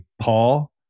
Paul